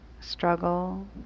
struggle